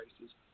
races